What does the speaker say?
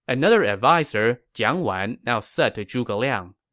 another adviser, jiang wan, now said to zhuge liang,